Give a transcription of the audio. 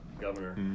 governor